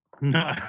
No